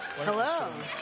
Hello